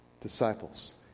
Disciples